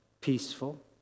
peaceful